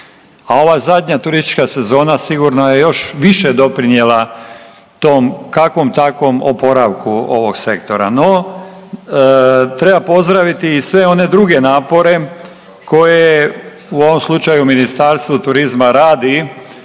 a ova zadnja turistička sezona sigurno je još više doprinjela tom kakvom takvom oporavku ovog sektora. No treba pozdraviti i sve one druge napore koje u ovom slučaju Ministarstvo turizma radi,